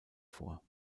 vor